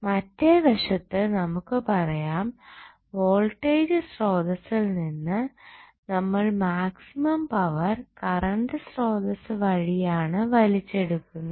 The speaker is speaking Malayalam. മറ്റേ വശത്ത് നമുക്ക് പറയാം വോൾടേജ് സ്രോതസ്സിൽ നിന്ന് നമ്മൾ മാക്സിമം പവർ കറണ്ട് സ്രോതസ്സ് വഴിയാണ് വലിച്ചെടുക്കുന്നത്